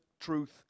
truth